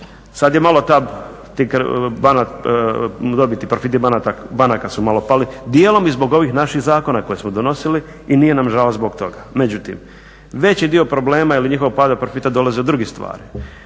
Sada je malo tih dobiti, profiti banaka su malo pali, dijelom i zbog ovih naših zakona koje smo donosili i nije nam žao zbog toga. Međutim, veći dio problema ili njihovog pada profita dolazi od drugih stvari.